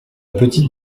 petite